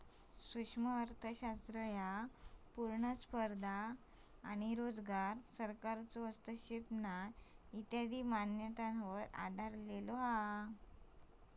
सूक्ष्म अर्थशास्त्र पुर्ण स्पर्धा आणो रोजगार, सरकारचो हस्तक्षेप नाही इत्यादी मान्यतांवर आधरलेलो हा